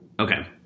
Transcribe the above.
Okay